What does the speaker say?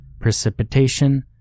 Precipitation